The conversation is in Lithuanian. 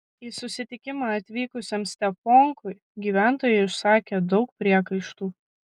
į susitikimą atvykusiam steponkui gyventojai išsakė daug priekaištų